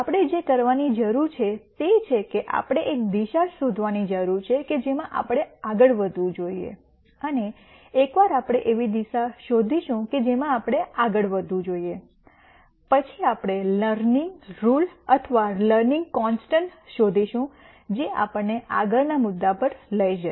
આપણે જે કરવાની જરૂર છે તે છે કે આપણે એક દિશા શોધવાની જરૂર છે કે જેમાં આપણે આગળ વધવું જોઈએ અને એકવાર આપણે એવી દિશા શોધીશું કે જેમાં આપણે આગળ વધવું જોઈએ પછી આપણે લર્નિંગ રુલ અથવા લર્નિંગ કોન્સ્ટન્ટ શોધીશું જે આપણને આગળના મુદ્દા પર લઈ જશે